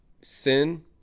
sin